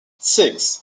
six